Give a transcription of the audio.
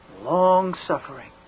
long-suffering